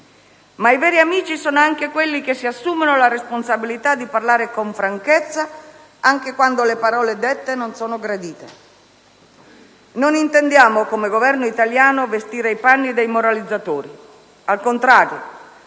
Ma i veri amici sono quelli che si assumono la responsabilità di parlare con franchezza anche quando le parole dette non sono gradite. Non intendiamo, come Governo italiano, vestire i panni dei moralizzatori; al contrario,